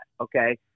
okay